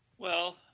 well,